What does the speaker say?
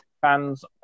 fans